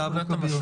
זה אבו כביר.